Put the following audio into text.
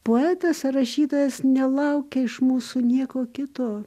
poetas ar rašytojas nelaukia iš mūsų nieko kito